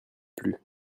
plus